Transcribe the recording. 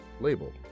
Label